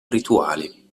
rituali